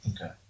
Okay